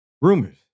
rumors